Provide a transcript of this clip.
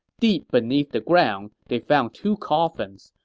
deep beneath the ground, they found two coffins,